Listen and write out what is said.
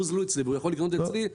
הוזלו והוא יכול לקנות אצלי בזול יותר.